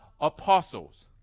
apostles